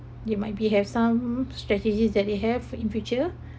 you might be have some strategies that they have in future